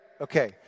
Okay